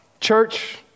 church